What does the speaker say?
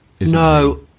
no